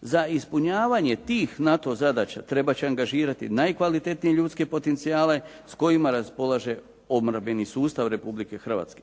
Za ispunjavanje tih NATO zadaća trebat će angažirati najkvalitetnije ljudske potencijale s kojima raspolaže obrambeni sustav Republike Hrvatske.